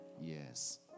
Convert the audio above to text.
Yes